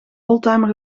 oldtimer